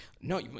No